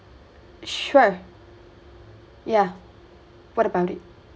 sure yeah what about it